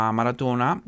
maratona